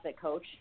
coach